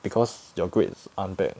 because your grades aren't bad